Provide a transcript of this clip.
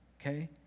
okay